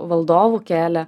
valdovų kelią